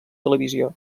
televisió